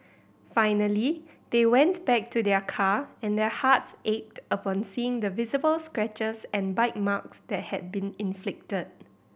finally they went back to their car and their hearts ached upon seeing the visible scratches and bite marks that had been inflicted